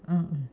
mm